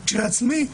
כשלעצמי,